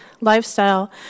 lifestyle